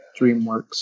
DreamWorks